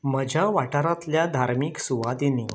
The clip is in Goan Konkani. म्हज्या वाठारांतल्या धार्मीक सुवातिंनी